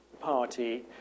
party